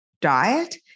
diet